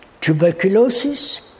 tuberculosis